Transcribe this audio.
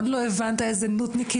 עוד לא הבנת איזה נודניקית,